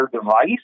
device